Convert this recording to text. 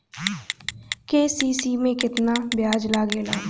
KCC में केतना ब्याज लगेला?